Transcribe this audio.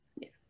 Yes